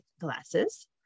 glasses